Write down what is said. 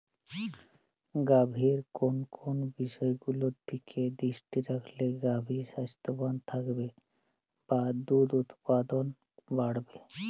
গাভীর কোন কোন বিষয়গুলোর দিকে দৃষ্টি রাখলে গাভী স্বাস্থ্যবান থাকবে বা দুধ উৎপাদন বাড়বে?